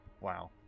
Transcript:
wow